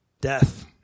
Death